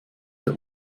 der